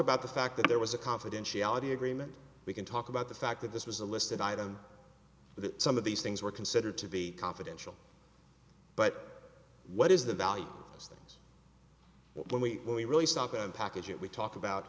about the fact that there was a confidentiality agreement we can talk about the fact that this was a listed item that some of these things were considered to be confidential but what is the value as when we really stop and package it we talk about